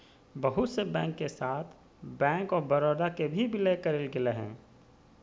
बहुत से बैंक के साथ बैंक आफ बडौदा के भी विलय करेल गेलय हें